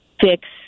fix